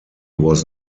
was